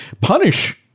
punish